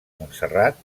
montserrat